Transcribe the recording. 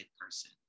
person